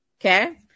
Okay